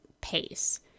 pace